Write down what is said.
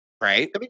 Right